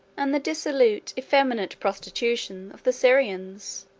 and the dissolute, effeminate prostitution of the syrians,